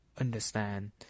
understand